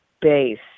base